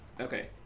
Okay